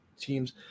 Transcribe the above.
teams